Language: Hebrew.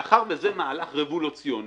מאחר וזה מהלך רגולציוני,